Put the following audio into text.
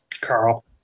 carl